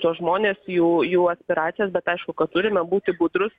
tuos žmones jų jų aspiracijos bet aišku kad turime būti budrūs